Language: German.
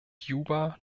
juba